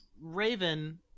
raven